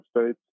States